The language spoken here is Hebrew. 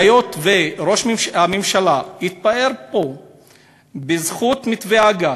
היות שראש הממשלה התפאר פה במתווה הגז,